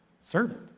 Servant